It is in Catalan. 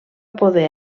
poder